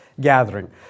gathering